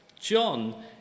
John